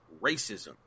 racism